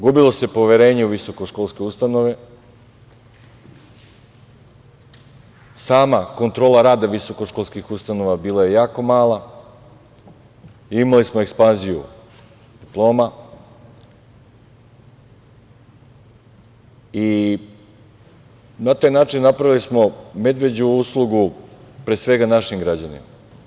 Gubilo se poverenje u visokoškolske ustanove, sama kontrola rada visokoškolskih ustanova bila je jako mala, imali smo ekspanziju diploma i na taj način napravili smo medveđu uslugu pre svega našim građanima.